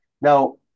Now